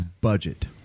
budget